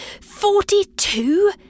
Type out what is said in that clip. Forty-two